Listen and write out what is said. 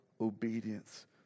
obedience